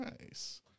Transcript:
nice